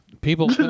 People